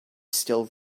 still